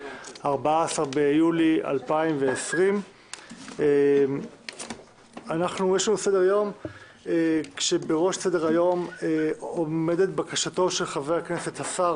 14 ביולי 2020. בראש סדר היום עומדת בקשתו של השר